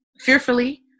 fearfully